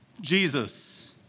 Jesus